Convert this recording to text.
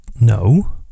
no